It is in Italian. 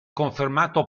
confermato